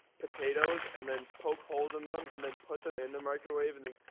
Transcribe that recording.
potatoes and then poke holes in them and then put them in the microwave and then